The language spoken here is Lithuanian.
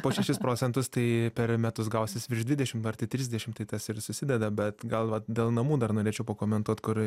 po šešis procentus tai per metus gausis virš dvidešim arti trisdešim tai tas ir susideda bet gal va dėl namų dar norėčiau pakomentuot kur